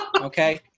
okay